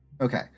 Okay